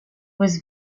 was